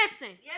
listen